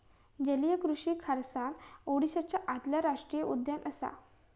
जलीय कृषि खारसाण ओडीसाच्या आतलो राष्टीय उद्यान असा